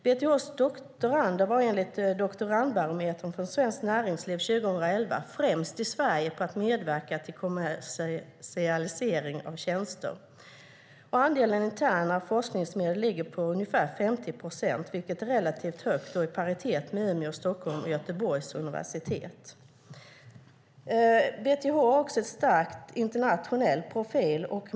BTH:s doktorander var enligt Doktorandbarometern från Svenskt Näringsliv 2011 främst i Sverige på att medverka till kommersialisering av tjänster. Andelen interna forskningsmedel ligger på ungefär 50 procent, vilket är relativt högt och i paritet med Umeå, Stockholms och Göteborgs universitet. BTH har också en stark internationell profil.